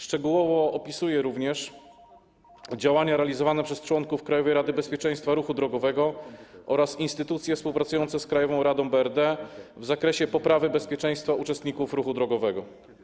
Szczegółowo opisuje również działania realizowane przez członków Krajowej Rady Bezpieczeństwa Ruchu Drogowego oraz instytucje współpracujące z Krajową Radą BRD w zakresie poprawy bezpieczeństwa uczestników ruchu drogowego.